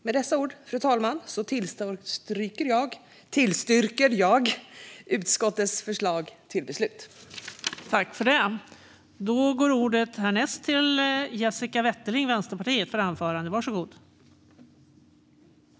Med dessa ord, fru talman, yrkar jag bifall till utskottets förslag till beslut.